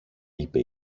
είπε